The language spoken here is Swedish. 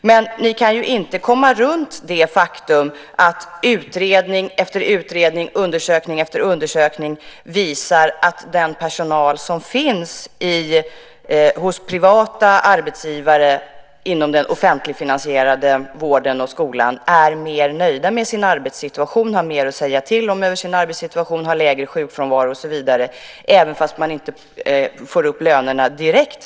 Men ni kan inte komma runt det faktum att utredning efter utredning, undersökning efter undersökning visar att den personal som finns hos privata arbetsgivare inom den offentligfinansierade vården och skolan är mer nöjd med sin arbetssituation, har mer att säga till om när det gäller sin arbetssituation, har lägre sjukfrånvaro och så vidare, trots att man inte får upp lönerna direkt.